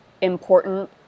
important